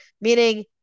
meaning